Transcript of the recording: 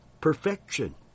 perfection